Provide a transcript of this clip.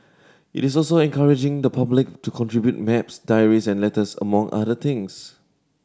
it is also encouraging the public to contribute maps diaries and letters among other things